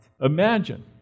Imagine